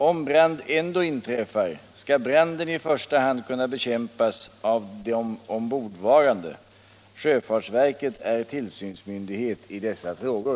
Om brand ändå inträffar skall branden i första hand kunna bekämpas av de ombordvarande. Sjöfartsverket är tillsynsmyndighet i dessa frågor.